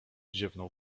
ziewnął